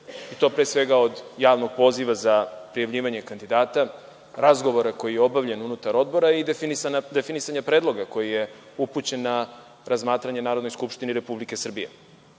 i to pre svega od javnog poziva za prijavljivanje kandidata, razgovora koji je obavljen unutar odbora i definisanje predloga koji je upućen na razmatranje Narodnoj skupštini Republike Srbije. Druga